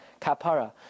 kapara